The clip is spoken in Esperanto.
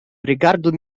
rigardu